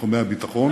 בתחומי הביטחון,